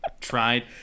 tried